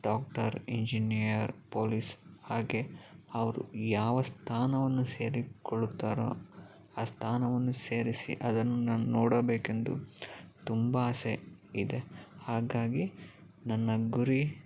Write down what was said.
doctor engineer police ಹಾಗೇ ಅವರು ಯಾವ ಸ್ಥಾನವನ್ನು ಸೇರಿಕೊಳ್ಳುತ್ತಾರೋ ಆ ಸ್ಥಾನವನ್ನು ಸೇರಿಸಿ ಅದನ್ನು ನಾನು ನೋಡಬೇಕೆಂದು ತುಂಬ ಆಸೆ ಇದೆ ಹಾಗಾಗಿ ನನ್ನ ಗುರಿ